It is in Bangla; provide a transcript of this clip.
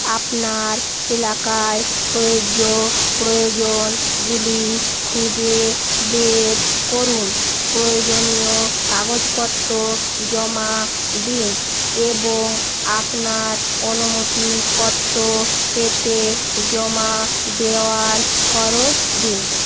আপনার এলাকায় প্রযোজ্য প্রয়োজনগুলি খুঁজে বের করুন প্রয়োজনীয় কাগজপত্র জমা দিন এবং আপনার অনুমতিপত্র পেতে জমা দেওয়ার খরচ দিন